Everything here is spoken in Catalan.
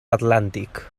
atlàntic